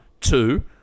Two